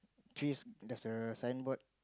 trees there's a signboard